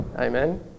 Amen